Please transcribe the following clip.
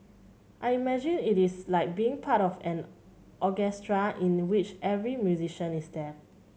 I imagine it is like being part of an orchestra in which every musician is deaf